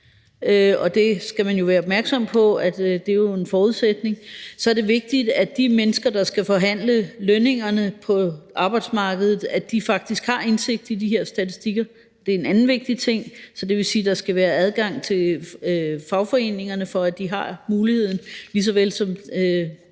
og det skal man jo være opmærksom på er en forudsætning. Så er det vigtigt, at de mennesker, der skal forhandle lønningerne på arbejdsmarkedet, faktisk har indsigt i de her statistikker, og det er en anden vigtig ting. Så det vil sige, at der skal være adgang til fagforeningerne, for at de har muligheden, lige såvel som